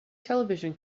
television